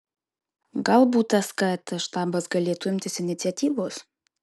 galbūt skat štabas galėtų imtis iniciatyvos